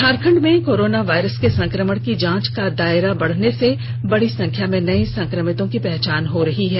झारखंड में corona virus के संक्रमण की जांच का दायरा बढ़ने से बड़ी संख्या में नए संक्रमितों की पहचान हो रही है